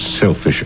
selfish